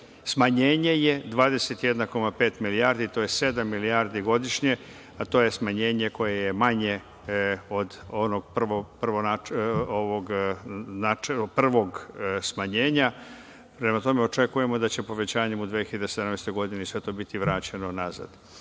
smanjenje je 21,5 milijardi, a to je 7 milijardi godišnje. To je smanjenje koje je manje od onog prvog smanjenja. Prema tome, očekujemo da će povećanjem u 2017. godini sve to biti vraćeno